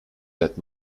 that